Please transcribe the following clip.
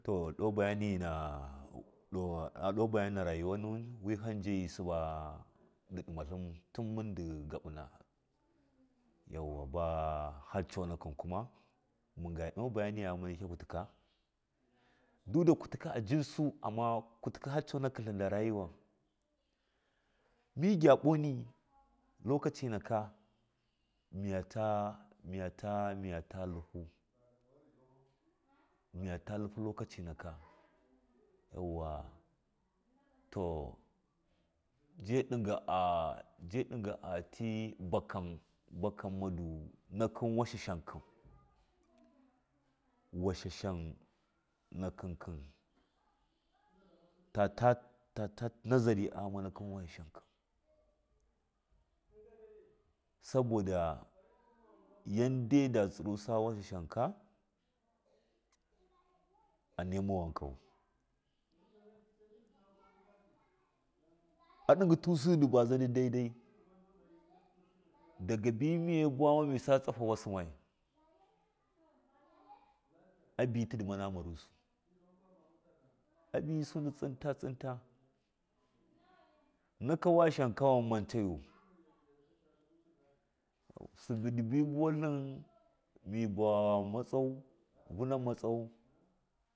To ɗo bagina ɗo bayi na rayuwani wun wɨham jayi suba tun mundɨ gaɓina yauwa baa har coonakɨn kuma muga tya ɗima bagani agnaniƙya kutika da shike kutika jinsu amma har coonakɨ kutika da rayuwa mɨƙyaboni lokaci naka miyata tlihu lokaci naka yauwa to jaɗiga jaɗiga a tɨi baka mma nakɨ washa shakɨ washashan nakɨ ta. ta nazari agnama washashankɨ saboda yaddai da tsiru sa washashanka anai ma wankau a ɗigɨtusɨ du baza gon daidai dagabi mɨya buwama tsafa wasinai abɨ tindi mana marusɨ abɨ sundɨ tsinta tsinta naka washashanka muma mantayu subɨ dibi buwatlin mi vowama matsawau vuna matsawau.